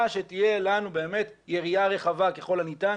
שתהיה לנו באמת יריעה רחבה ככל הניתן,